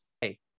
Hey